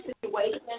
situation